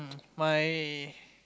my